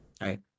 right